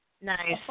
Nice